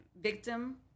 victim